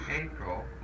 April